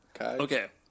Okay